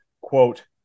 quote